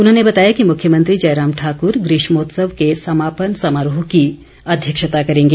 उन्होंने बताया कि मुख्यमंत्री जयराम ठाक्र ग्रीष्मोत्सव के समापन समारोह की अध्यक्षता करेंगे